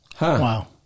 Wow